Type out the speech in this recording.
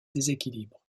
déséquilibre